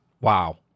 Wow